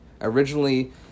Originally